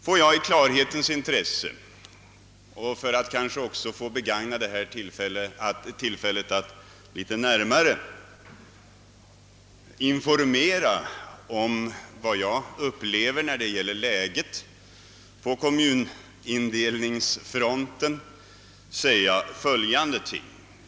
Jag vill i klarhetens intresse ta detta tillfälle i akt att litet närmare informera om hur jag upplever läget på kommunindelningsfronten.